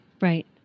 right